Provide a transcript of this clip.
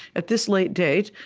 at this late date,